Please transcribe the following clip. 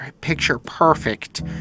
picture-perfect